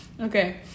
Okay